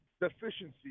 deficiency